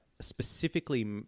Specifically